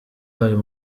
ayo